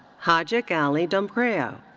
hadje galli domkreo.